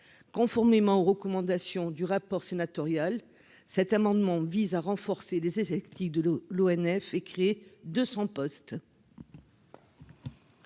conformément aux recommandations du rapport sénatorial, cet amendement vise à renforcer les effectifs de l'ONF et créer 200 postes.